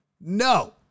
No